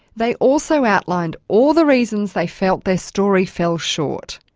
they also outlined all the reasons they felt their story fell short.